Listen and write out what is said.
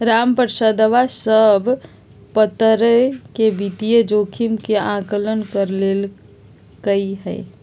रामप्रसादवा सब प्तरह के वित्तीय जोखिम के आंकलन कर लेल कई है